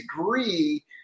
agree